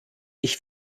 ich